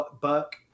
Buck